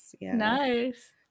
Nice